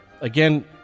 Again